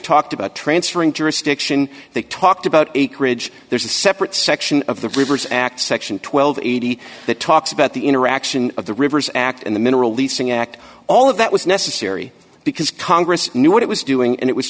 talked about transferring jurisdiction they talked about acreage there's a separate section of the rivers act section one thousand two hundred and eighty that talks about the interaction of the rivers act and the mineral leasing act all of that was necessary because congress knew what it was doing and it was